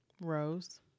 Rose